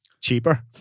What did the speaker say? cheaper